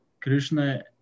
krishna